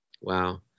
Wow